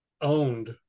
owned